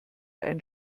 ein